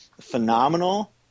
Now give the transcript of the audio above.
phenomenal